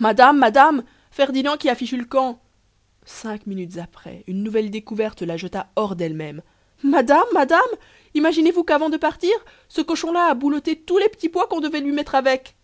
madame madame ferdinand qui a fichu le camp cinq minutes après une nouvelle découverte la jeta hors dellemême madame madame imaginez-vous quavant de partir ce cochon là a boulotté tous les petits pois quon devait lui mettre avec